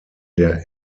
der